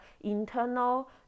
internal